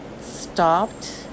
stopped